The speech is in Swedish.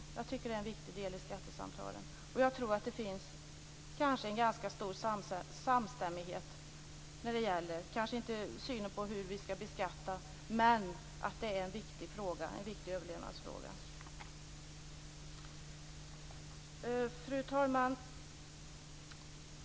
Jag tycker att det är en viktig del i skattesamtalen, och jag tror att det kanske finns en ganska stor samstämmighet när det gäller, kanske inte synen på hur vi skall beskatta, men att detta är en viktig överlevnadsfråga. Fru talman!